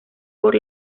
por